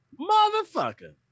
motherfucker